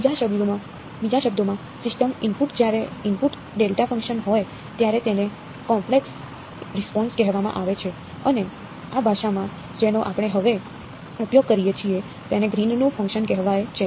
તેથી બીજા શબ્દોમાં સિસ્ટમ ઇનપુટ જ્યારે ઇનપુટ ડેલ્ટા ફંક્શન હોય ત્યારે તેને ઇમ્પલ્સ રિસ્પોન્સ કહેવામાં આવે છે અને આ ભાષામાં જેનો આપણે હવે ઉપયોગ કરીએ છીએ તેને ગ્રીનનું ફંક્શન કહેવાય છે